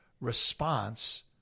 response